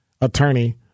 attorney